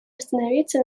остановиться